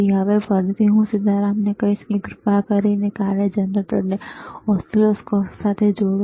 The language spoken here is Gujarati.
તો હવે ફરી હું સીતારામને કહીશ કે કૃપા કરીને કાર્ય જનરેટરને ઓસિલોસ્કોપ સાથે જોડો